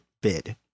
bid